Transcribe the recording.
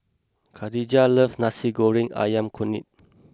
Kadijah loves Nasi Goreng Ayam Kunyit